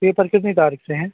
paper कितनी तारीख से हैं